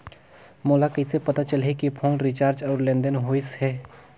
मोला कइसे पता चलही की फोन रिचार्ज और लेनदेन होइस हे?